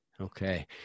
Okay